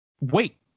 wait